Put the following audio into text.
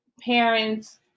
parents